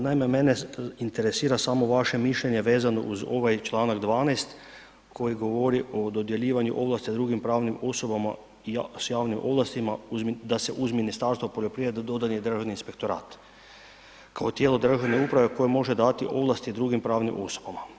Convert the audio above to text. Naime, mene interesira samo vaše mišljenje vezano uz ovaj članak 12. koji govorio o dodjeljivanju ovlasti drugim pravnim osobama s javnim ovlastima da se uz Ministarstvo poljoprivrede dodan i Državni inspektorat kao tijelo državne uprave koje može dati ovlasti drugim pravnim osobama.